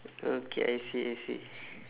okay I see I see